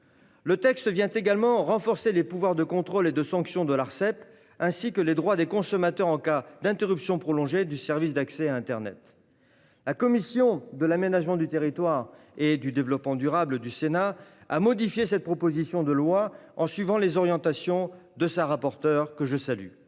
texte vise également à renforcer les pouvoirs de contrôle et de sanction de l'Arcep, ainsi que les droits des consommateurs en cas d'interruption prolongée du service d'accès à internet. La commission de l'aménagement du territoire et du développement durable du Sénat a, suivant en cela les orientations de sa rapporteure- que je salue